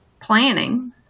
planning